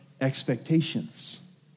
expectations